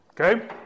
Okay